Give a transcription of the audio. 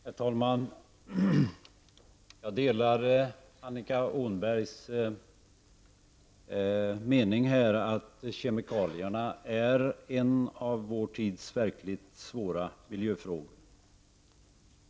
Herr talman! Jag delar Annika Åhnbergs mening att kemikalierna utgör en av vår tids verkligt svåra miljöfrågor.